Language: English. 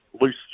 loose